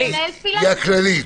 היא הכללית.